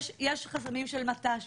יש חסמים של מט"ש,